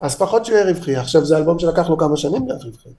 אז פחות שיהיה רווחי, עכשיו זה אלבום שלקח לו כמה שנים